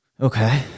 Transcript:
Okay